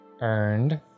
earned